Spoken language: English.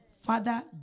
Father